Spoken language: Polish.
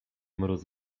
mróz